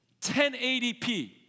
1080p